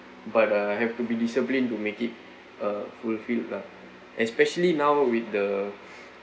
but uh have to be disciplined to make it uh fulfilled lah especially now with the